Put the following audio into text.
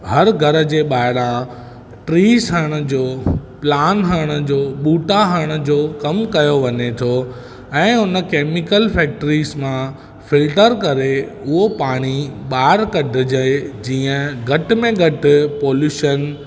हर घरु जे ॿाहिरां ट्रीस हड़ण जो प्लान हड़ण जो बूटा हड़ण जो कमु कयो वञे थो ऐं हुन कैमीकल फैक्ट्रीस मां फिल्टर करे उहे पाणी ॿाहिरि कढिजे जीअं घट में घटि पौलूशन